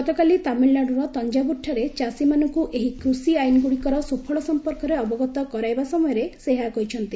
ଗତକାଲି ତାମିଲ୍ନାଡୁର ତଞ୍ଜାବୁରଠାରେ ଚାଷୀମାନଙ୍କୁ ଏହି କୃଷି ଆଇନଗୁଡ଼ିକର ସୁଫଳ ସମ୍ପର୍କରେ ଅବଗତ କରାଇବା ସମୟରେ ସେ ଏହା କହିଛନ୍ତି